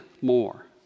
more